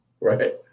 Right